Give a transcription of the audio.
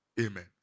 Amen